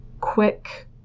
quick